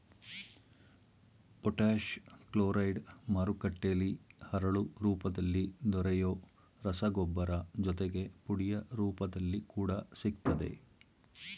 potash chloride ಮಾರುಕಟ್ಟೆಲಿ ಹರಳು ರೂಪದಲ್ಲಿ ದೊರೆಯೊ ರಸಗೊಬ್ಬರ ಜೊತೆಗೆ ಪುಡಿಯ ರೂಪದಲ್ಲಿ ಕೂಡ ಸಿಗ್ತದೆ